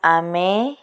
ଆମେ